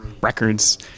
records